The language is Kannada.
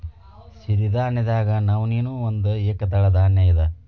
ಸಿರಿಧಾನ್ಯದಾಗ ನವಣೆ ನೂ ಒಂದ ಏಕದಳ ಧಾನ್ಯ ಇದ